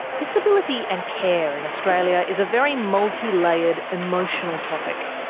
disability and care in australia is a very multi-layered, emotional topic.